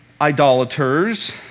idolaters